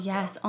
Yes